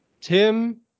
Tim